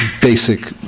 basic